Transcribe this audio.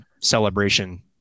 celebration